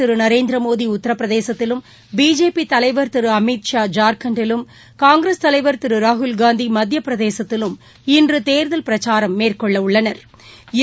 திருநரேந்திரமோடிஉத்திரபிரதேசத்திலும் பிஜேபிதலைவர் பிரதமர் திருஅமித்ஷா ஜார்க்கண்டிலும் காங்கிரஸ் தலைவா் திருராகுல்காந்திமத்தியபிரதேசத்திலும் இன்றதேர்தல் பிரச்சாரம் மேற்கொள்ளவுள்ளனா்